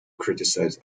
criticize